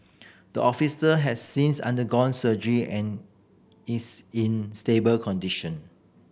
the officer has since undergone surgery and is in stable condition